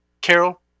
Carol